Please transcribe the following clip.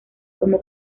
como